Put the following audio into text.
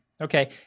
Okay